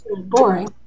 Boring